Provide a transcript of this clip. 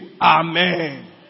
Amen